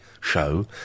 Show